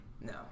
no